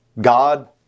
God